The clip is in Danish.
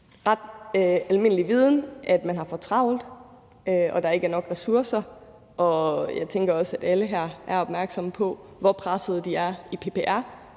det er nok ret almindelig viden, at man har for travlt, og at der ikke er nok ressourcer. Jeg tænker også, at alle her er opmærksomme på, hvor pressede de er i PPR.